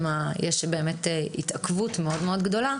אם יש באמת עיכוב מאוד גדול,